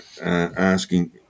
asking